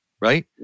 right